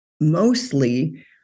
mostly